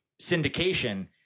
syndication